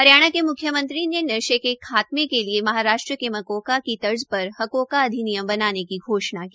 हरियाणा के म्ख्यमंत्री ने नशे के खात्मे के लिए महाराष्ट्र के मकोका की तर्ज पर हकोका अधिनियम बनाने की घोषणा की